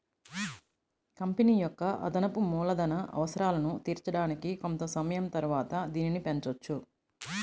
company యొక్క అదనపు మూలధన అవసరాలను తీర్చడానికి కొంత సమయం తరువాత దీనిని పెంచొచ్చు